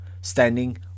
standing